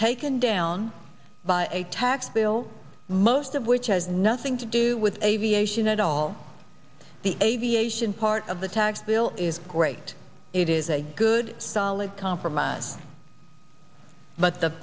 taken down by a tax bill most of which has nothing to do with aviation at all the aviation part of the tax bill is great it is a good style of compromise but the